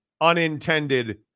unintended